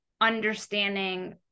understanding